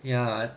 ya